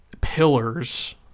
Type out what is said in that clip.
pillars